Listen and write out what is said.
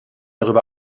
darüber